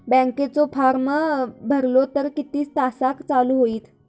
बँकेचो फार्म भरलो तर किती तासाक चालू होईत?